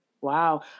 Wow